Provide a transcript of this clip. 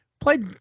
Played